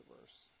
verse